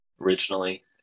originally